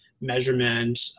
measurement